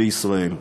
בישראל.